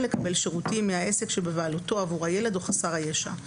לקבל שירותים מהעסק שבבעלותו עבור הילד או חסר הישע.